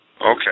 Okay